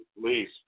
please